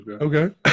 okay